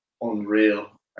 unreal